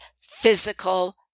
physical